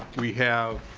we have